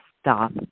stop